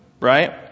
right